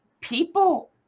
people